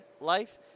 life